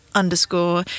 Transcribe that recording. underscore